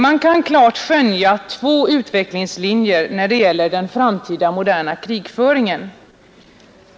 Man kan klart skönja två olika utvecklingslinjer när det gäller den framtida moderna krigföringen.